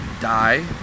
die